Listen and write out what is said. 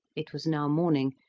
it was now morning,